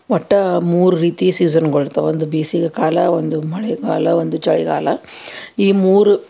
ಒಟ್ಟು ಮೂರು ರೀತಿ ಸೀಸನ್ಗಳು ಇರ್ತವೆ ಒಂದು ಬೇಸಿಗೆ ಕಾಲ ಒಂದು ಮಳೆಗಾಲ ಒಂದು ಚಳಿಗಾಲ ಈ ಮೂರು